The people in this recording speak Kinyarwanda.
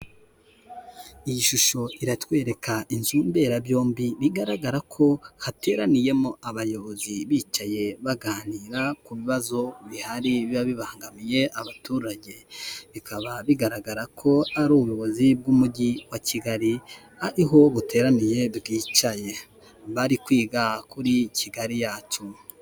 Iyi shusho iratwereka inzi mberabyombi bigaragara ko hateraniyemo abayobozi bicaye baganira ku bibazo bihari biba bibangamiye abaturage, bikaba bigaragara ko ari ubuyobozi bw'umujyi wa Kigali ariho buteraniye bwicaye bari kwiga kuri Kigali yacu.